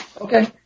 Okay